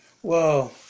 whoa